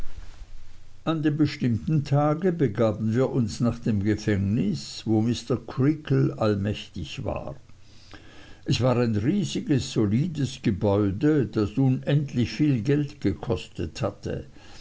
an dem bestimmten tag begaben wir uns nach dem gefängnis wo mr creakle allmächtig war es war ein riesiges solides gebäude das unendlich viel geld gekostet hatte